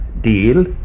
deal